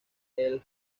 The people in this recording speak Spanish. elle